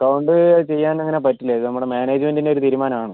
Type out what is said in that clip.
count ചെയ്യാൻ അങ്ങനെ പറ്റില്ല ഇത് നമ്മുടെ മാനേജ്മെന്റിൻ്റെ ഒരു തീരുമാനം ആണ്